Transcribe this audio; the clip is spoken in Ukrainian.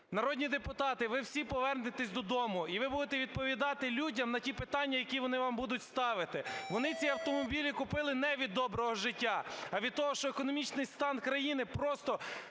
Народні депутати, ви всі повернетесь додому і ви будете відповідати людям на ті питання, які вони вам будуть ставити. Вони ці автомобілі купили не від доброго життя, а від того, що економічний стан країни просто